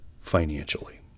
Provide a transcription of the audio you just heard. financially